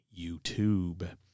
YouTube